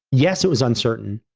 yes, it was uncertain,